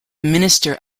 minister